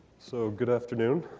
so good afternoon.